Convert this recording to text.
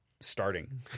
starting